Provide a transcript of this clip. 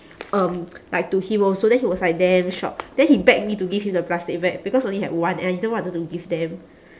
um like to him also then he was like damn shocked then he beg me to give him the plastic bag because only had one and I didn't wanted to give them